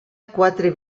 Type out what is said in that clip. quatre